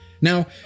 Now